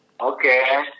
Okay